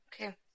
Okay